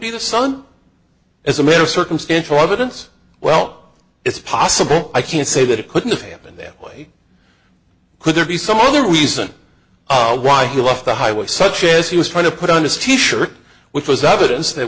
be the sun is a mere circumstantial evidence well it's possible i can't say that it couldn't have happened that way could there be some other reason why he left the highway such as he was trying to put on his t shirt which was evidence that